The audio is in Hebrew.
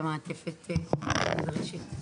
את המעטפת שנתנו עד כה.